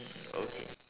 mm okay